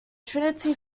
trinity